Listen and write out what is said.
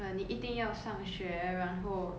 uh 你一定要上学然后